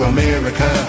America